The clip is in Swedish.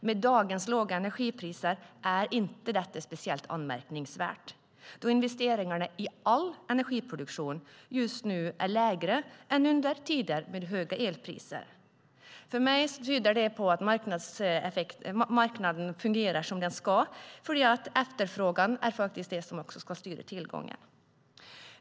Med dagens låga energipriser är detta inte speciellt anmärkningsvärt, då investeringarna i all energiproduktion just nu är lägre än under tider med höga elpriser. För mig tyder det på att marknaden fungerar som den ska, eftersom efterfrågan faktiskt är det som ska styra tillgången.